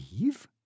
Leave